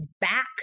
back